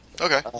Okay